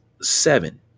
seven